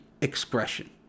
expression